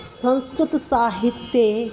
संस्कृतसाहित्ये